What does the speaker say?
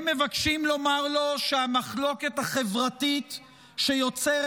הם מבקשים לומר לו שהמחלוקת החברתית שיוצרת